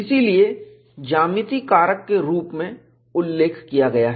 इसीलिए ज्यामिति कारक के रूप में उल्लेख किया गया है